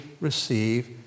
receive